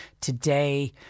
today